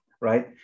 right